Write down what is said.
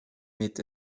mit